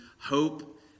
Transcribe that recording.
hope